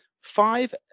five